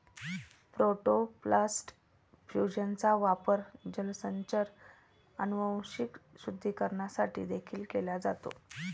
protoplast फ्यूजनचा वापर जलचर अनुवांशिक शुद्धीकरणासाठी देखील केला जातो